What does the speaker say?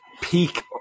peak